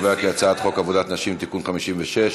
ההצעה להעביר את הצעת חוק עבודת נשים (תיקון מס' 56)